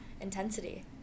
intensity